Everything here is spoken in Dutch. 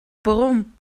perron